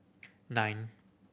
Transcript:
nine